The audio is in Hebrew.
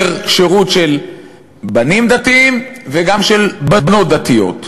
שירות של בנים דתיים וגם של בנות דתיות.